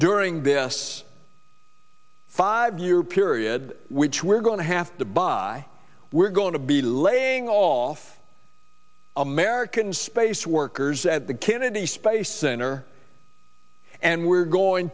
during this five year period which we're going to have to buy we're going to be laying off american space workers at the kennedy space center and we're going